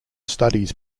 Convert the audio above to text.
studies